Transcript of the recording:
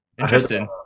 Interesting